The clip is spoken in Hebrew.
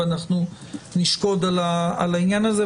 ואנחנו נשקוד על העניין הזה.